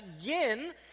again